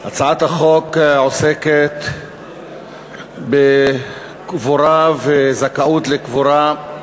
הצעת החוק עוסקת בקבורה וזכאות לקבורה,